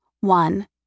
One